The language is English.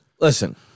listen